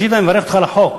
ראשית, אני מברך אותך על החוק.